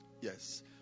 Yes